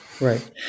Right